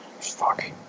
Fuck